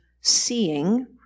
seeing